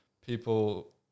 people